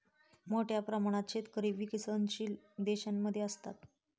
मोठ्या प्रमाणात शेतकरी विकसनशील देशांमध्ये असतात